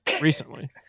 recently